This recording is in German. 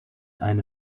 eine